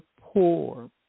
poor